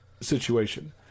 situation